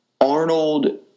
Arnold